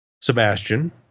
Sebastian